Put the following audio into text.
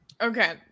Okay